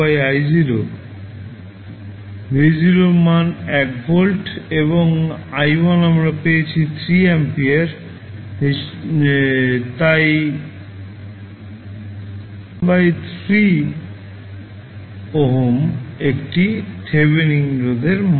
v0 এর মান 1 volt এবং i1 আমরা পেয়েছি 3 অ্যাম্পিয়ার হিসাবে আমরা গণনা করেছি 1 বাই 3 ওহম একটি থেভেনিন রোধের মান